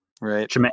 right